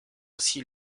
aussi